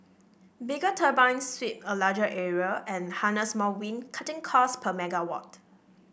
bigger turbines sweep a larger area and harness more wind cutting costs per megawatt